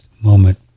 moment